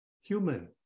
human